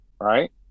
right